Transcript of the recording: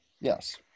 Yes